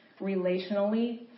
relationally